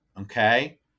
Okay